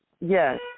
yes